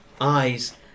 eyes